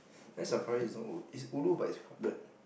Night Safari is not ulu it's ulu but it's crowded